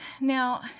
Now